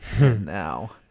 now